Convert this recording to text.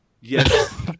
Yes